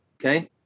Okay